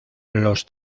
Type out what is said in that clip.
los